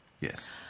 Yes